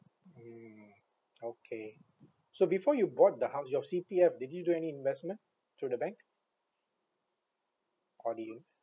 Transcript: mm okay so before you bought the house your C_P_F did you do any investment through the bank or did you